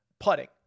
putting